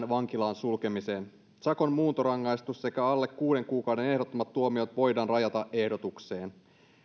vankilaan sulkemiseen sakon muuntorangaistus sekä alle kuuden kuukauden ehdottomat tuomiot voidaan rajata ehdotukseen